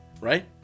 right